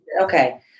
okay